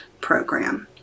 Program